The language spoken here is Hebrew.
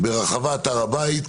ברחבת הר הבית,